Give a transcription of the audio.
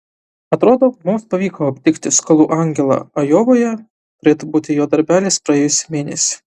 atrodo mums pavyko aptikti skolų angelą ajovoje turėtų būti jo darbelis praėjusį mėnesį